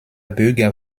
bürger